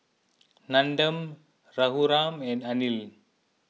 Nandan Raghuram and Anil